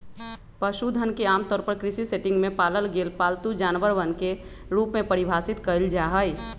पशुधन के आमतौर पर कृषि सेटिंग में पालल गेल पालतू जानवरवन के रूप में परिभाषित कइल जाहई